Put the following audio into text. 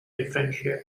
differential